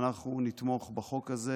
אנחנו נתמוך בחוק הזה